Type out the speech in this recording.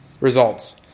Results